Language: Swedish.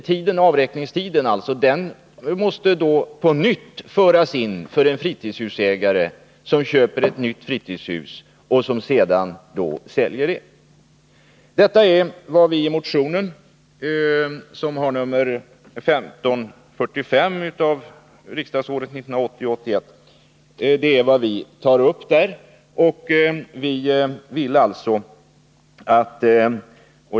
Men avräkningstiden måste på nytt föras in för en fritidshusägare som köper ett nytt fritidshus och som sedan säljer det. Detta är vad vi tar upp i motionen, som har nr 1545 av riksdagsåret 1980/81.